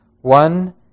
one